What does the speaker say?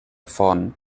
von